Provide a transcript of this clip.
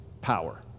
power